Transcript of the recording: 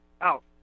Out